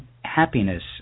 happiness